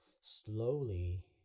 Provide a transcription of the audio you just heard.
slowly